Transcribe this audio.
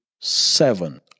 seven